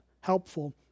helpful